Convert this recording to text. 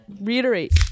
reiterate